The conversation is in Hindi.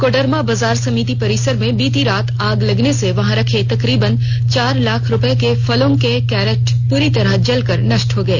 कोडरमा बाजार समिति परिसर में बीती रात आग लगने से वहां रखे तकरीबन चार लाख रुपए के फलों के कैरेट पूरी तरह से जलकर नष्ट हो गए